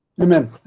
Amen